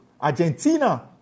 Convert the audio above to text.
Argentina